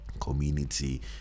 community